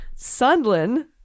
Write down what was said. Sundlin